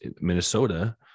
Minnesota